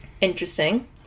Interesting